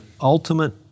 ultimate